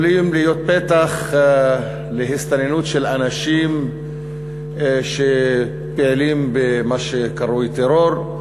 יכולים להיות פתח להסתננות של אנשים שפעילים במה שקרוי טרור.